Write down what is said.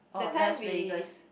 or Las Vegas